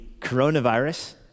coronavirus